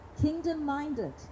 Kingdom-minded